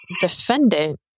defendant